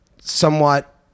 somewhat